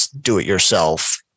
do-it-yourself